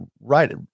right